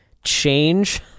change